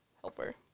helper